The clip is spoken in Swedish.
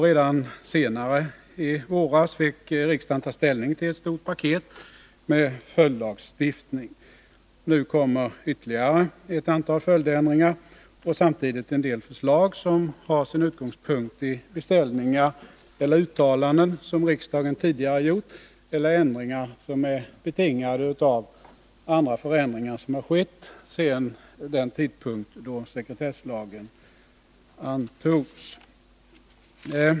Redan senare i våras fick riksdagen ta ställning till ett stort paket med följdlagstiftning. Nu kommer ytterligare ett antal följdändringar och samtidigt en del förslag som har sin utgångspunkt i beställningar eller uttalanden som riksdagen tidigare har gjort eller ändringar som är betingade av andra förändringar som har skett sedan den tidpunkt då sekretesslagen antogs.